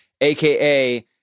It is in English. AKA